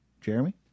Jeremy